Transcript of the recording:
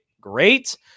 great